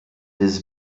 des